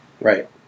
Right